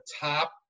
top